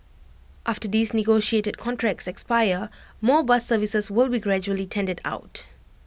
after these negotiated contracts expire more bus services will be gradually tendered out